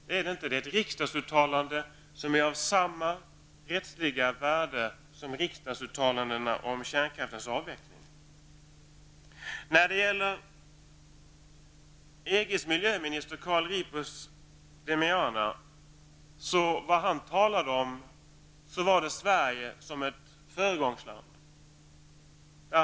Det är det inte -- det är ett riksdagsuttalande av samma rättsliga värde som riksdagsuttalandena om kärnkraftens avveckling. Vad EGs miljöminister Carlo Ripa de Meana talade om var Sverige som ett föregångsland.